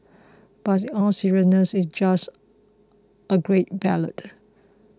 but in all seriousness it's just a great ballad